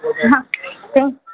હા પણ